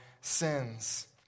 sins